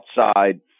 outside